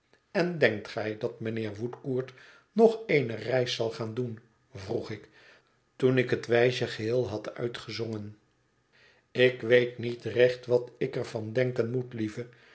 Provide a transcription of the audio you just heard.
én denkt gij dat mijnheer woodcourt nog eene reis zal gaan doen vroeg ik toen ik het wijsje geheel had uitgezongen ik weet niet recht wat ik er van denken moet lieve